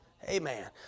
Amen